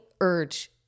urge